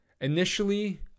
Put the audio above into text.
initially